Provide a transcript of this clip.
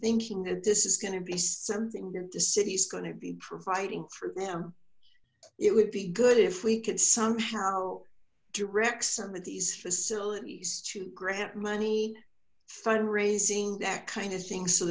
thinking that this is going to be something that the city is going to be providing for them it would be good if we could somehow direct some of these facilities to grant money fundraising that kind of thing so